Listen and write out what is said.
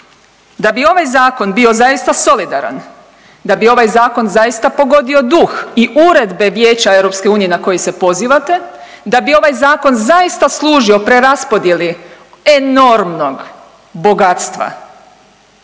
da bi ovaj zakon bio zaista solidaran, da bi ovaj zakon zaista pogodio duh i Uredbe Vijeća EU na koje se pozivate, da bi ovaj zakon zaista služio preraspodjeli enormnog bogatstva